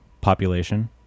population